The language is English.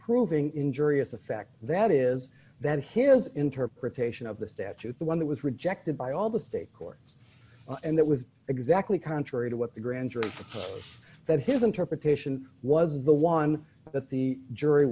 proving injurious effect that is that his interpretation of the statute the one that was rejected by all the state courts and that was exactly contrary to what the grand jury that his interpretation was the one that the jury